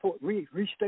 restate